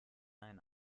ein